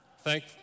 Thank